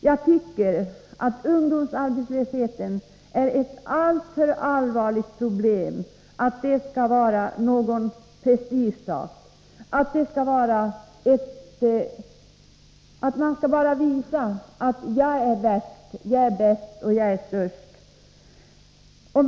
Jag tycker att ungdomsarbetslösheten är ett alltför allvarligt problem för att göras till en prestigesak, en anledning att visa att jag är värst, jag är bäst och jag är störst.